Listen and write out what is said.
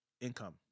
income